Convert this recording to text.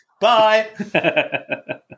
Bye